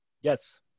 Yes